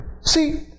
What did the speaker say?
See